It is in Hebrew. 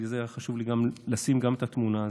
בגלל זה היה חשוב לי לשים גם את התמונה הזאת,